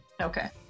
Okay